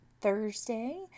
Thursday